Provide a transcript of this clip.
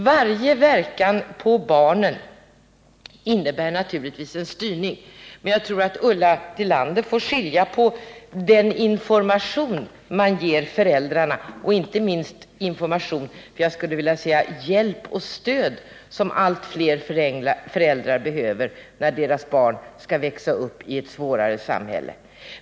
Varje påverkan på barnen innebär naturligtvis en styrning, men jag tror att Ulla Tillander får skilja på negativ påverkan och den information som man ger föräldrarna — inte minst den information som innebär hjälp och stöd och som allt fler föräldrar behöver när deras barn skall växa upp i ett besvärligare samhälle.